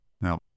Now